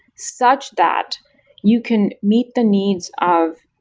such that you can meet the needs of